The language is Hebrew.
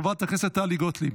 חברת הכנסת טלי גוטליב.